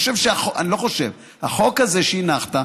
החוק הזה שהנחת,